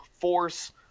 force